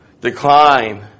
decline